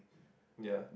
yeah